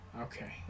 okay